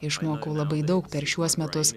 išmokau labai daug per šiuos metus